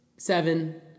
Seven